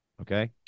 okay